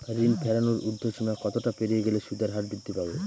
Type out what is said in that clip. ঋণ ফেরানোর উর্ধ্বসীমা কতটা পেরিয়ে গেলে সুদের হার বৃদ্ধি পাবে?